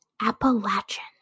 Appalachian